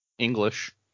English